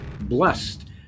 blessed